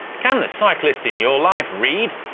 can the cyclist in your life read?